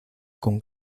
con